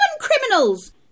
criminals